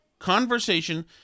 Conversation